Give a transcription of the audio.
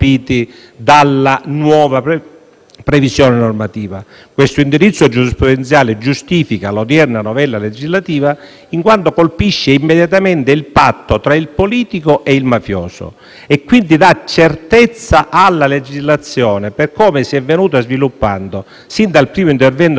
previsione normativa. Questo indirizzo giurisprudenziale giustifica l'odierna novella legislativa, in quanto colpisce immediatamente il patto tra il politico e il mafioso e quindi dà certezza alla legislazione, per come si è venuta sviluppando sin dal primo intervento normativo del 1992, con